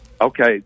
Okay